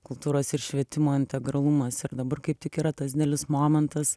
kultūros ir švietimo integralumas ir dabar kaip tik yra tas didelis momentas